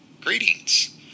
Greetings